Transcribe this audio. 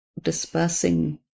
dispersing